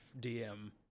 DM